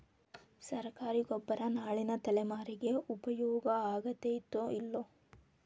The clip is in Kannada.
ಸರ್ಕಾರಿ ಗೊಬ್ಬರ ನಾಳಿನ ತಲೆಮಾರಿಗೆ ಉಪಯೋಗ ಆಗತೈತೋ, ಇಲ್ಲೋ?